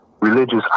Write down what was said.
religious